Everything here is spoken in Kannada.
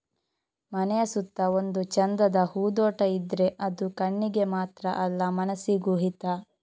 ಮನೆಯ ಸುತ್ತ ಒಂದು ಚಂದದ ಹೂದೋಟ ಇದ್ರೆ ಅದು ಕಣ್ಣಿಗೆ ಮಾತ್ರ ಅಲ್ಲ ಮನಸಿಗೂ ಹಿತ